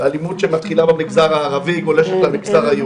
ואלימות שמתחילה במגזר הערבי, גולשת למגזר היהודי.